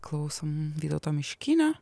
klausant vytauto miškinio